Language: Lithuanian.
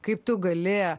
kaip tu gali